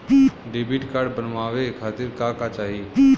Debit card बनवावे खातिर का का चाही?